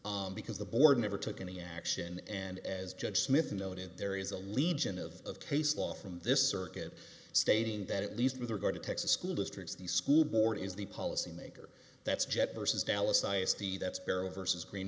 case because the board never took any action and as judge smith noted there is a legion of case law from this circuit stating that at least with regard to texas school districts the school board is the policy maker that's jet versus dallas ice tea that sparrow versus green